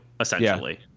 essentially